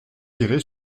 irait